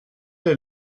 est